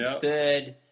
Third